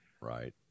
right